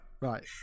Right